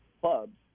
clubs